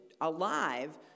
alive